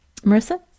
Marissa